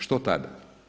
Što tada?